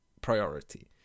priority